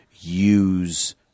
use